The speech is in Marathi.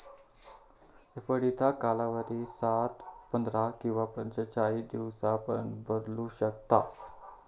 एफडीचो कालावधी सात, पंधरा किंवा पंचेचाळीस दिवसांपर्यंत बदलू शकता